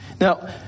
Now